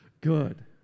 good